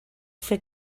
fer